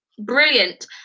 brilliant